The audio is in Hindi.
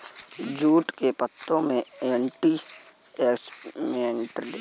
जूट के पत्तों में एंटी इंफ्लेमेटरी गुण होते हैं, जो गठिया जैसी स्थितियों को रोक सकते हैं